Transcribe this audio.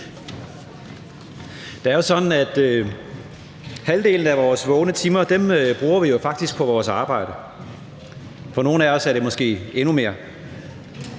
halvdelen af vores vågne timer på vores arbejde. For nogle af os er det måske endnu mere.